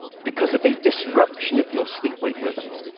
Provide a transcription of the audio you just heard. because of a disruption of your sleep-wake rhythms.